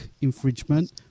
infringement